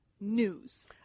news